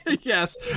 Yes